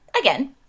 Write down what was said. Again